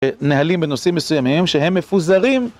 נהלים בנושאים מסוימים שהם מפוזרים.